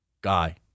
guy